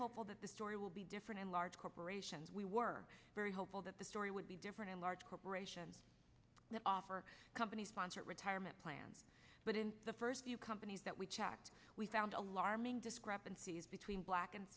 hopeful that the story will be different in large corporations we were very hopeful that the story would be different in large corporations that offer a company sponsored retirement plan but in the first few companies that we checked we found alarming discrepancies between black and